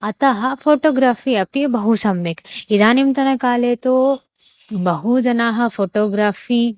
अतः फ़ोटोग्राफ़ि अपि बहु सम्यक् इदानींतनकाले तु बहु जनाः फ़ोटोग्राफ़ि